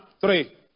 three